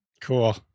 cool